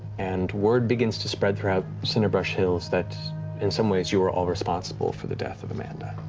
and word begins to spread throughout cinderbrush hills that in some ways you are all responsible for the death of amanda.